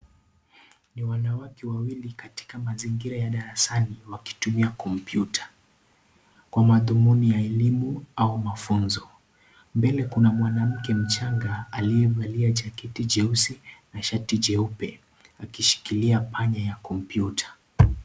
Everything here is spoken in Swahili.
Ni wanawake wawili katika mazingira ya darasani wakitumia kompyuta kwa mathumuni ya elimu au mafunzo mbele kuna mwanamke mchanga aliyevalia jaketi jeusi na shati jeupe akishikilia panya ya kompyuta.